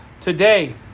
Today